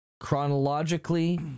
chronologically